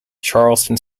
charleston